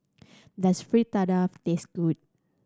does Fritada taste good